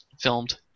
filmed